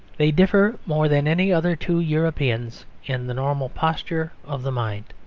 they differ more than any other two europeans in the normal posture of the mind.